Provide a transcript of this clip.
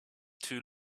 too